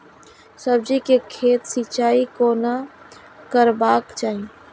सब्जी के खेतक सिंचाई कोना करबाक चाहि?